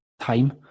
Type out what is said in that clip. time